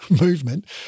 movement